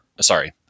sorry